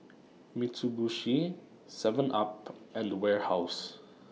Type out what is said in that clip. Mitsubishi Seven up and Warehouse